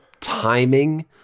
timing